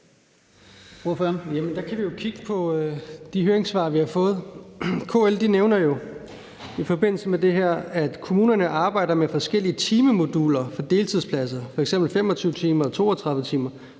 Der kan vi jo kigge på de høringssvar, vi har fået. KL nævner i forbindelse med det her, at »kommunerne arbejder med forskellige timemoduler for deltidspladser, fx 25 timer og 32 timer.